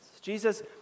Jesus